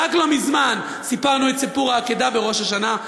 רק לא מזמן סיפרנו את סיפור העקדה בראש השנה.